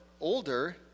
older